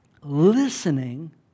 listening